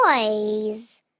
toys